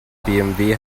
bmw